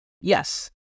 Yes